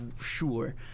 sure